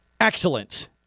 excellence